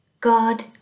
God